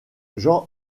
jean